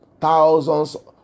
Thousands